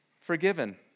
forgiven